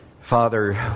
Father